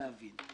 ולהבין עד הסוף.